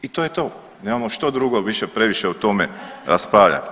I to je to, nemamo što drugo više previše o tome raspravljati.